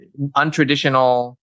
untraditional